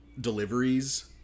deliveries